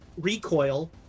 recoil